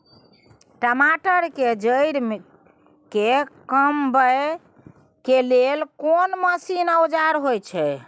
टमाटर के जईर के कमबै के लेल कोन मसीन व औजार होय छै?